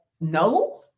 no